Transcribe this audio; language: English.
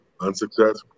unsuccessful